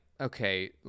okay